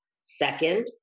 Second